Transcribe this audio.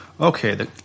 Okay